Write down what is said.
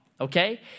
okay